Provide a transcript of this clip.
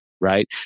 right